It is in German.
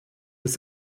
des